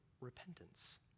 repentance